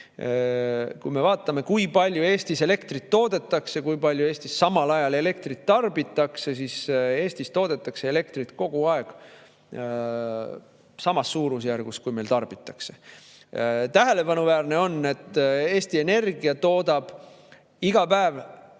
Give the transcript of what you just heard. kättesaadavad –, kui palju Eestis elektrit toodetakse ja kui palju Eestis samal ajal elektrit tarbitakse, siis Eestis toodetakse elektrit kogu aeg samas suurusjärgus, kui meil tarbitakse. Tähelepanuväärne on, et Eesti Energia toodab iga päev